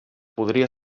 podria